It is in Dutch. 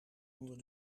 onder